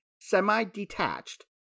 semi-detached